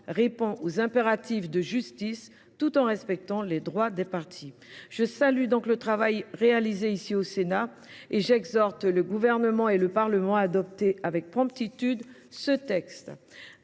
répond aux impératifs de justice, dans le respect des droits des parties. Je salue le travail réalisé au Sénat et j’exhorte le Gouvernement et le Parlement à adopter promptement ce texte.